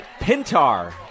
Pintar